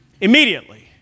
immediately